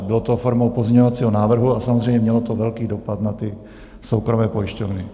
Bylo to formou pozměňovacího návrhu a samozřejmě mělo to velký dopad na soukromé pojišťovny.